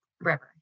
River